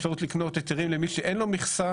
יש אפשרות לקנות היתרים למי שאין לו מכסה,